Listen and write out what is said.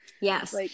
Yes